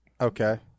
Okay